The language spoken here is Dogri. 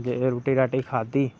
रोटी राटी खाद्धी